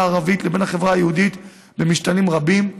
הערבית לבין החברה היהודית במשתנים רבים,